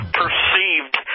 perceived